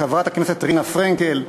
לחברת הכנסת רינה פרנקל,